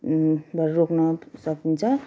बरू रोक्न सकिन्छ